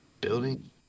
building